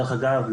דרך אגב,